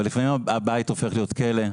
אבל לפעמים הבית הופך להיות כלא.